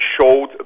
showed